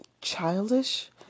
childish